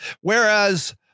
Whereas